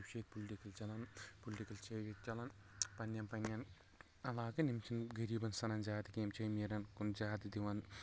تمہِ موُجوٗب چھِ ییٚتہِ پُلٹِکل چلان پُلٹِکل چھِ ییٚتہِ چلَان پننٮ۪ن پننٮ۪ن علاقن یِم چھنہٕ غریٖبَن سنان زیادٕ کیٛنٚہہ یم چھِ امیٖرَن کُن زیادٕ دِوَان